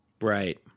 Right